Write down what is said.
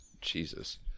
Jesus